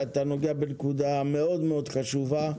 אתה נוגע בנקודה מאוד חשובה.